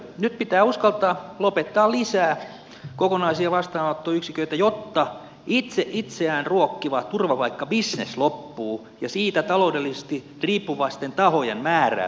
nyt pitää uskaltaa lopettaa lisää kokonaisia vastaanottoyksiköitä jotta itse itseään ruokkiva turvapaikkabisnes loppuu ja siitä taloudellisesti riippuvaisten tahojen määrää saadaan vähennettyä